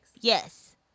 Yes